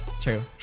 True